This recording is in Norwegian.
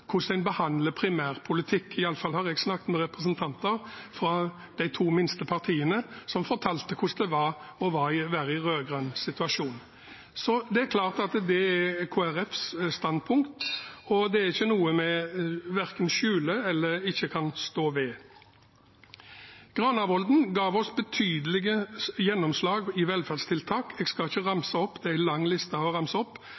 hvordan en behandler primærpolitikk – i alle fall har jeg snakket med representanter fra de to minste partiene som fortalte hvordan det var å være i en «rød-grønn situasjon». Så det er klart at det er Kristelig Folkepartis standpunkt, og det er ikke noe vi verken skjuler eller ikke kan stå ved. Granavolden-plattformen ga oss betydelige gjennomslag for velferdstiltak. Jeg skal ikke ramse opp